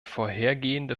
vorhergehende